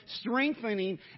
strengthening